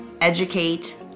educate